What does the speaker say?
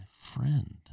friend